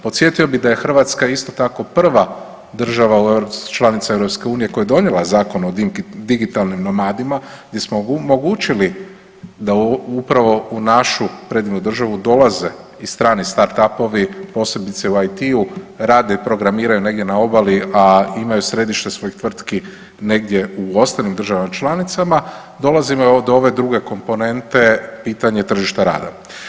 Podsjetio bih da je Hrvatska isto tako prva država u, članica EU koja je donijela Zakon o digitalnim nomadima gdje smo omogućili da upravo u našu predivnu državu dolaze i strani startup-ovi posebice u IT-u, rade i programiranju negdje na obali, a imaju središte svojih tvrtki negdje u ostalim državama članicama dolazimo evo i do ove druge komponente pitanje tržišta rada.